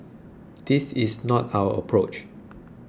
this is not our approach